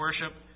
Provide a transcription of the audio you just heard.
worship